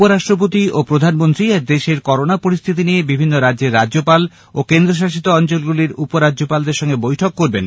উপরাষ্ট্রপতি প্রধানমন্ত্রী আজ দেশের করোনা পরিস্থিতি নিয়ে বিভিন্ন রাজ্যের রাজ্যপাল ও কেন্দ্রশাসিত অঞ্চলগুলির উপরাজ্যপালদের সঙ্গে বৈঠক করবেন